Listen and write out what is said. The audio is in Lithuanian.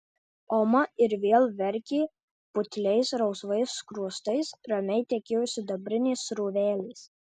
oma ir vėl verkė putliais rausvais skruostais ramiai tekėjo sidabrinės srovelės